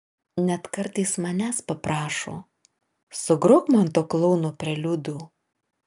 net kartais manęs paprašo sugrok man to klouno preliudų